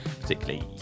particularly